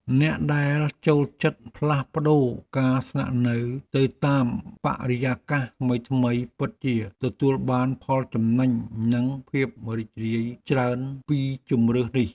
អ្នកដែលចូលចិត្តផ្លាស់ប្ដូរការស្នាក់នៅទៅតាមបរិយាកាសថ្មីៗពិតជាទទួលបានផលចំណេញនិងភាពរីករាយច្រើនពីជម្រើសនេះ។